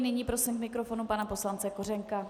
Nyní prosím k mikrofonu pana poslance Kořenka.